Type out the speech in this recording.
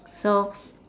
so